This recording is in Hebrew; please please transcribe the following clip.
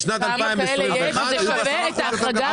בשנת 2021 היה יותר גבוה ב-10 אחוזים.